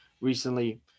recently